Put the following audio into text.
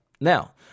Now